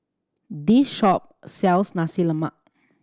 this shop sells Nasi Lemak